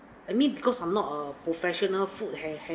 I mean because I'm not a professional food